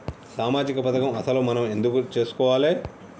సామాజిక పథకం అసలు మనం ఎందుకు చేస్కోవాలే?